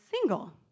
single